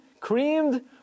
creamed